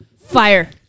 Fire